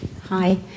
Hi